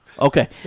Okay